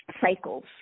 cycles